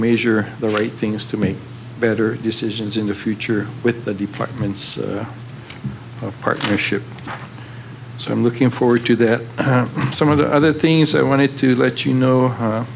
measure the right things to make better decisions in the future with the departments of partnership so i'm looking forward to that some of the other things i wanted to let you know